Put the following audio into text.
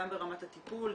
גם ברמת הטיפול,